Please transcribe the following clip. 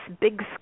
big